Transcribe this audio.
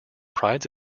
prides